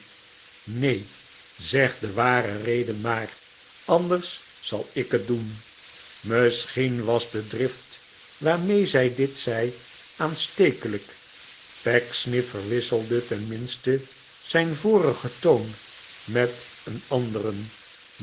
neen zeg de ware reden maar anders zal ik het doen misschien was de drift waarmee zij dit zei aanstekelijk pecksniff verwisselde tenminste zijn vorigen toon met een anderen